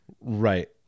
Right